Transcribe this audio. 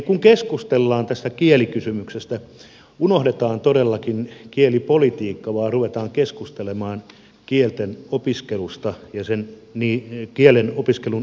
kun keskustellaan tästä kielikysymyksestä unohdetaan todellakin kielipolitiikka ja ruvetaan keskustelemaan kieltenopiskelusta ja kielenopiskelun edistämisestä